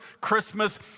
Christmas